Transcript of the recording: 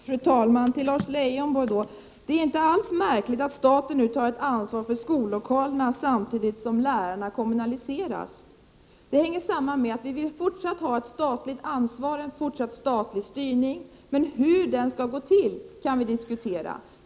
Fru talman! Till Lars Leijonborg! Det är inte alls märkligt att staten nu tar över ansvaret för skollokalerna, samtidigt som lärarna kommunaliseras. Det hänger samman med att vi fortfarande vill ha statligt ansvar och statlig styrning. Hur detta skall gå till kan vi diskutera.